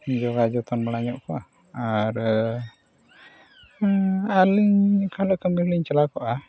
ᱡᱳᱜᱟᱣ ᱡᱚᱛᱚᱱ ᱵᱟᱲᱟ ᱧᱚᱜ ᱠᱚᱣᱟ ᱟᱨ ᱟᱹᱞᱤᱧ ᱟᱨᱠᱷᱟᱱ ᱫᱚ ᱠᱟᱹᱢᱤ ᱨᱮᱞᱤᱧ ᱪᱟᱞᱟᱣ ᱠᱚᱜᱼᱟ